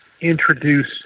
introduce